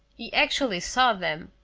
he actually saw them.